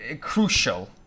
crucial